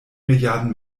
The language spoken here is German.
milliarden